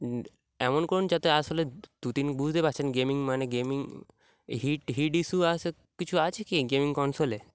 এমন করুন যাতে আসলে দু তিন বুঝতে পারছেন গেমিং মানে গেমিং হিট হিট ইস্যু আছে কিছু আছে কি গেমিং কনসোলে